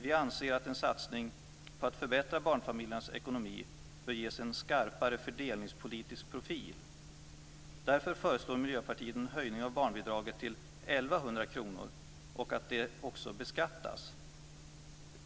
Vi anser att en satsning på att förbättra barnfamiljernas ekonomi bör ges en skarpare fördelningspolitisk profil. Därför föreslår vi i Miljöpartiet en höjning av barnbidraget till 1 100 kr och att barnbidraget beskattas.